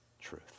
truth